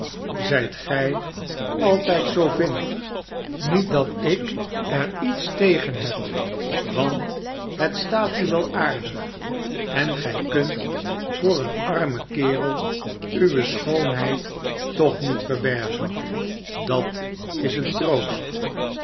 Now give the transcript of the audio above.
zijt gij altijd zoo vinnig niet dat ik er iets tegen heb want het staat u wel aardig en gij kunt voor een armen kerel uwe schoonheid toch niet verbergen dat is een troost